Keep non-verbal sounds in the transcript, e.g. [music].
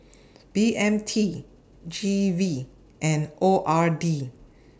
[noise] B M T G V and O R D